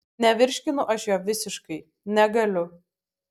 nevirškinu aš jo visiškai negaliu